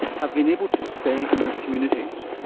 have been able to stay in their communities.